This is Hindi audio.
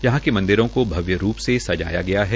यहां के मंदिरों को भव्य रूप से सजाया गया है